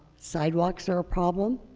sidewalks are a problem,